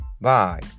Bye